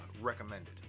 recommended